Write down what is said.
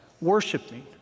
worshiping